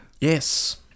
Yes